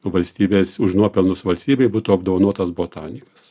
valstybės už nuopelnus valstybei būtų apdovanotas botanikas